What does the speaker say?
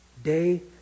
Day